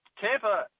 Tampa